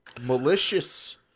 malicious